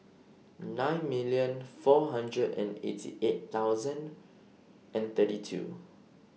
nine million four hundred and eighty eight thousand and thirty two